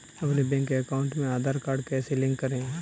अपने bank account में Aadhaar card कैसे लिंक करें?